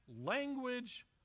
language